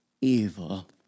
evil